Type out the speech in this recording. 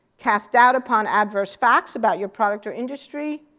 cast doubt upon adverse facts about your product or industry,